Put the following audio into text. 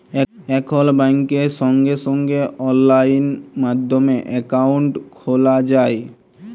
এখল ব্যাংকে সঙ্গে সঙ্গে অললাইন মাধ্যমে একাউন্ট খ্যলা যায়